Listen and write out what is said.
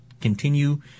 continue